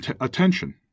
attention